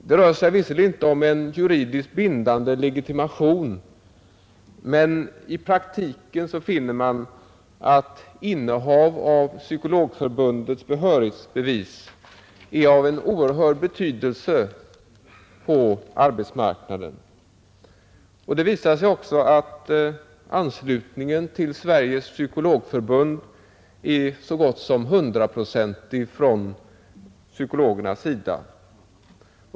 Det rör sig visserligen inte om en juridiskt bindande legitimation, men i praktiken finner man att innehav av Psykologförbundets behörighetsbevis är av en oerhörd betydelse på arbetsmarknaden. Det visar sig också att anslutningen till Sveriges psykologförbund är så gott som hundraprocentig från psykologernas sida.